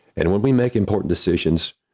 and when we make important decisions,